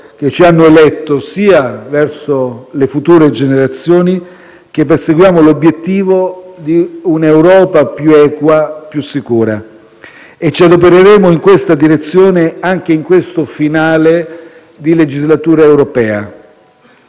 che ci hanno eletto sia verso le future generazioni, che perseguiamo l'obiettivo di un'Europa più equa e più sicura; e ci adopereremo in tale direzione anche in questo finale di legislatura europea.